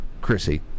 Chrissy